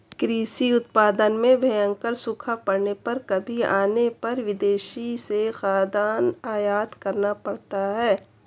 कृषि उत्पादन में भयंकर सूखा पड़ने पर कमी आने पर विदेशों से खाद्यान्न आयात करना पड़ता है